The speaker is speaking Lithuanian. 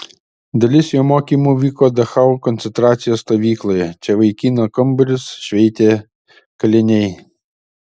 dalis jo mokymų vyko dachau koncentracijos stovykloje čia vaikino kambarius šveitė kaliniai